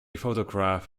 photograph